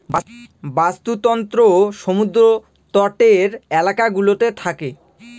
বাস্তুতন্ত্র সমুদ্র তটের এলাকা গুলোতে থাকে